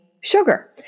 sugar